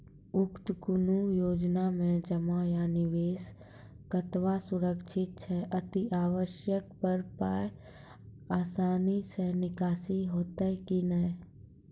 उक्त कुनू योजना मे जमा या निवेश कतवा सुरक्षित छै? अति आवश्यकता पर पाय आसानी सॅ निकासी हेतै की नै?